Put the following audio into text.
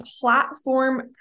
platform